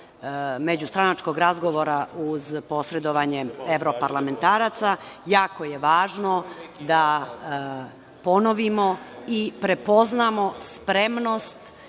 međustranačkog razgovora uz posredovanje evroparlamentaraca. Jako je važno da ponovimo i prepoznao spremnost